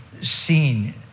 seen